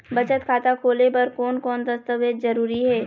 बचत खाता खोले बर कोन कोन दस्तावेज जरूरी हे?